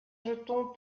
jetons